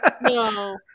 No